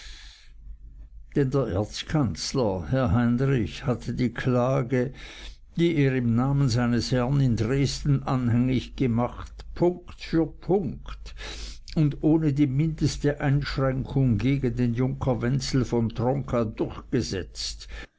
der erzkanzler herr heinrich hatte die klage die er im namen seines herrn in dresden anhängig gemacht punkt für punkt und ohne die mindeste einschränkung gegen den junker wenzel von tronka durchgesetzt